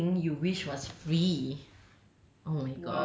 what is the one thing you wish was free